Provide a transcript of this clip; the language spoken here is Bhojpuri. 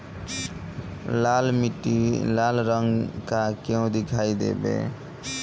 लाल मीट्टी लाल रंग का क्यो दीखाई देबे?